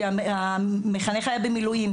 כי המחנך היה במילואים.